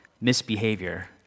misbehavior